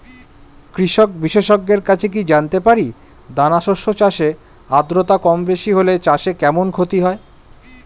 কৃষক বিশেষজ্ঞের কাছে কি জানতে পারি দানা শস্য চাষে আদ্রতা কমবেশি হলে চাষে কেমন ক্ষতি হয়?